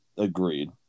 agreed